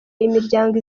imiryango